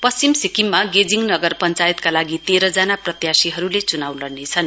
पश्चिम सिक्किममा गेजिङ नगर पञ्चायतका लागि तेहजना प्रत्याशीहरूले च्नाउ लड़नेछन्